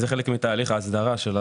זה חלק מתהליך הסדרה של השכר.